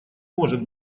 может